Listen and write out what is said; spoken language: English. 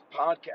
podcast